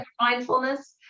mindfulness